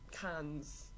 cans